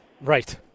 Right